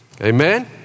Amen